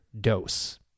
dose